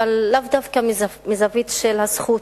אבל לאו דווקא מזווית של הזכות,